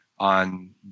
On